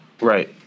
Right